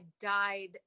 died